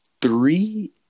three